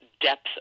depth